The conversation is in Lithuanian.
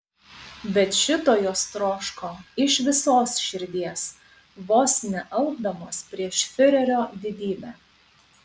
bet šito jos troško iš visos širdies vos nealpdamos prieš fiurerio didybę